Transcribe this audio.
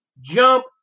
jump